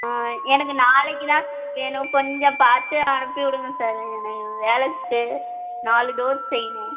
ஆ எனக்கு நாளைக்கு தான் சார் வேணும் கொஞ்சம் பார்த்து அனுப்பிவிடுங்க சார் எனக்கு வேலை இருக்குது நாலு டோர் செய்யணும்